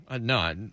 no